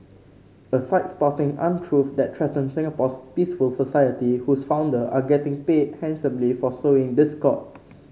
a site spouting untruth that threaten Singapore's peaceful society whose founder are getting paid handsomely for sowing discord